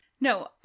No